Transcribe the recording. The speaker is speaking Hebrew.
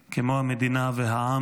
כמו המדינה והעם,